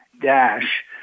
dash